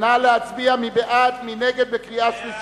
בקריאה שלישית.